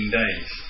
days